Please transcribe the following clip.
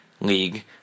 league